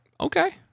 okay